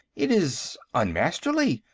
it is un-masterly.